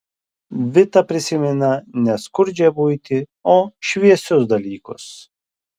vita prisimena ne skurdžią buitį o šviesius dalykus